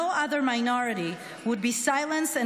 No other minority would be silenced and